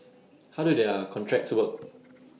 how do their contracts work